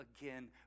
again